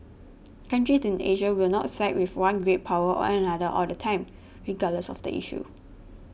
countries in Asia will not side with one great power or another all the time regardless of the issue